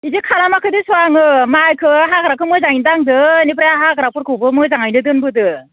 बिदि खालामाखै देसं आङो मायखौ हाग्राखौ मोजाङै दांदो बेनिफ्राय हाग्राफोरखौबो मोजाङैनो दोनबोदो